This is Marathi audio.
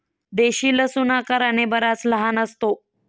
देशी लसूण आकाराने बराच लहान असतो